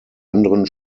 anderen